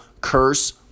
curse